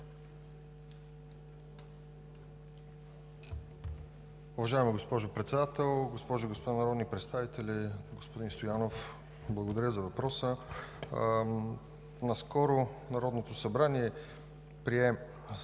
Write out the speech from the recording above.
Уважаема госпожо Председател, госпожи и господа народни представители, господин Стоянов! Благодаря за въпроса. Наскоро Народното събрание прие